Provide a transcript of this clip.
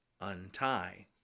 untie